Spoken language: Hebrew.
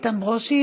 איתן ברושי,